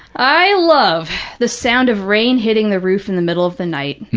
i love the sound of rain hitting the roof in the middle of the night.